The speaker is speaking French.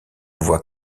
voit